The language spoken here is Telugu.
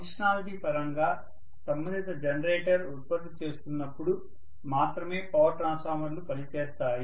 ఫంక్షనాలిటీ పరంగా సంబంధిత జనరేటర్ ఉత్పత్తి చేస్తున్నప్పుడు మాత్రమే పవర్ ట్రాన్స్ఫార్మర్లు పనిచేస్తాయి